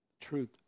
Truth